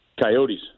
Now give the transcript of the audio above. Coyotes